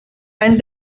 and